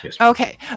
okay